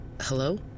Hello